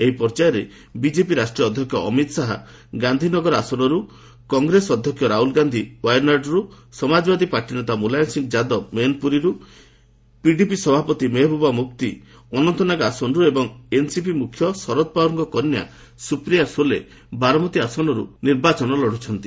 ଏହି ପର୍ଯ୍ୟାୟରେ ବିଜେପି ରାଷ୍ଟ୍ରୀୟ ଅଧ୍ୟକ୍ଷ ଅମିତ ଶାହା ଗାନ୍ଧି ନଗର ଆସନରୁ କଂଗ୍ରେସ ଅଧ୍ୟକ୍ଷ ରାହୁଲ ଗାନ୍ଧି ୱାୟାନାଡ୍ରୁ ସମାଜବାଦୀ ପାର୍ଟି ନେତା ମୁଲାୟମ ସିଂହ ଯାଦବ ମୈନପୁରୀରୁ ପିଡିପି ସଭାପତି ମେହେବୁବା ମୁଫ୍ତି ଆନନ୍ତନାଗ ଆସନରୁ ଏବଂ ଏନ୍ସିପି ମୁଖ୍ୟ ସରତ ପାୱାରଙ୍କ କନ୍ୟା ସ୍ୱପ୍ରିୟା ସୋଲେ ବାରମତି ଆସନର୍ତ ନିର୍ବାଚନ ଲଢ଼ୁଛନ୍ତି